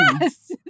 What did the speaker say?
yes